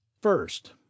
First